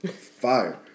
fire